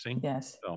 Yes